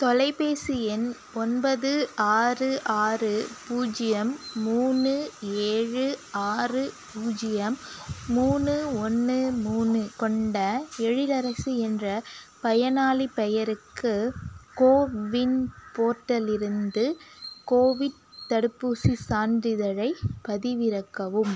தொலைபேசி எண் ஒன்பது ஆறு ஆறு பூஜ்யம் மூணு ஏழு ஆறு பூஜ்யம் மூணு ஒன்று மூணு கொண்ட எழிலரசி என்ற பயனாளிப் பெயருக்கு கோவின் போர்ட்டலிலிருந்து கோவிட் தடுப்பூசிச் சான்றிதழைப் பதிவிறக்கவும்